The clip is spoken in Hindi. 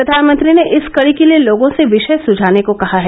प्रधानमंत्री ने इस कडी के लिए लोगों से विषय सुझाने को कहा है